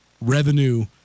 revenue